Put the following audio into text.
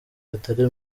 hatari